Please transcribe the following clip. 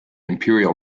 imperial